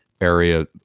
area